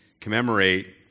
commemorate